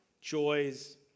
joys